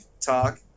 talk